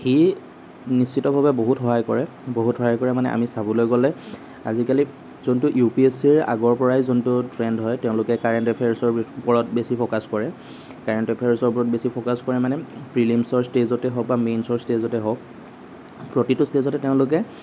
সি নিশ্চিতভাৱে বহুত সহায় কৰে বহুত সহায় কৰে মানে আমি চাবলৈ গ'লে আজিকালি যোনটো ইউপিছচিৰ আগৰ পৰাই যোনটো ট্ৰেণ্ড হয় তেওঁলোকে কাৰেণ্ট এফেয়াৰ্চৰ ওপৰত বেছি ফ'কাছ কৰে কাৰেণ্ট এফেয়াৰ্চৰ ওপৰত বেছি ফ'কাছ কৰে মানে প্ৰিলিমচ্ৰ ষ্টেজতে হওক বা মেইনচ্ৰ ষ্টেজতে হওক প্ৰতিটো ষ্টেজতে তেওঁলোকে